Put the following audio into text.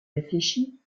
réfléchi